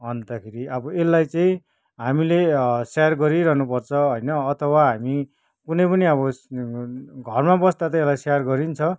अन्तखेरि अब यसलाई चाहिँ हामीले स्याहार गरिरहनुपर्छ होइन अथवा हामी कुनै पनि अब घरमा बस्दा त यसलाई स्याहार गरिन्छ